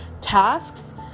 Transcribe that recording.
tasks